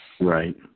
Right